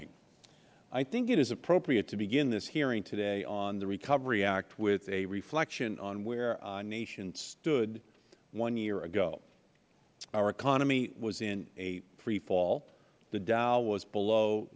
chairman i think it is appropriate to begin this hearing today on the recovery act with a reflection on where our nation stood one year ago our economy was in a free fall the dow was below